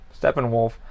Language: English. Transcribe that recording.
Steppenwolf